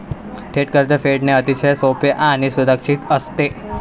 थेट कर्ज फेडणे अतिशय सोपे आणि सुरक्षित असते